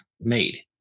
made